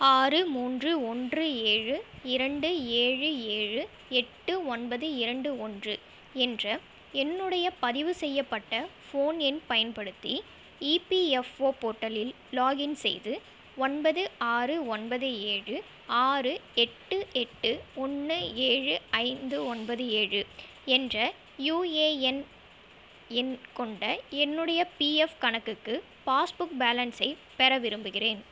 ஆறு மூன்று ஒன்று ஏழு இரண்டு ஏழு ஏழு எட்டு ஒன்பது இரண்டு ஒன்று என்ற என்னுடைய பதிவு செய்யப்பட்ட ஃபோன் எண் பயன்படுத்தி இபிஎஃப்ஓ போர்ட்டலில் லாகின் செய்து ஒன்பது ஆறு ஒன்பது ஏழு ஆறு எட்டு எட்டு ஒன்று ஏழு ஐந்து ஒன்பது ஏழு என்ற யுஏஎன் எண் கொண்ட என்னுடைய பிஎஃப் கணக்குக்கு பாஸ்புக் பேலன்ஸை பெற விரும்புகிறேன்